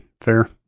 Fair